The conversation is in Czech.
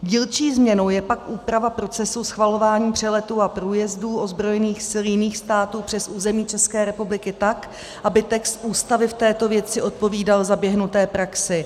Dílčí změnou je pak úprava procesů schvalování přeletů a průjezdů ozbrojených sil jiných států přes území České republiky tak, aby text Ústavy v této věci odpovídal zaběhnuté praxi.